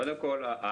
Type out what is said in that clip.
קודם כל האפיון,